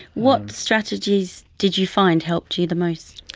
what strategies did you find helped you the most?